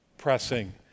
pressing